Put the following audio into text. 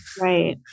right